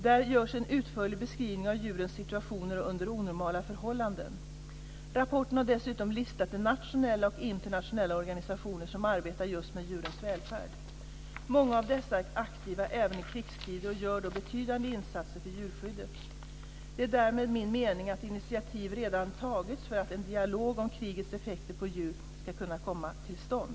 Där görs en utförlig beskrivning av djurens situationer under onormala förhållanden. Rapporten har dessutom listat de nationella och internationella organisationer som arbetar just med djurens välfärd. Många av dessa är aktiva även i krigstider och gör då betydande insatser för djurskyddet. Det är därmed min mening att initiativ redan tagits för att en dialog om krigets effekter på djur ska komma till stånd.